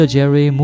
Jerry